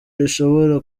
rishobora